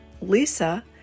lisa